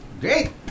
great